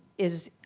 is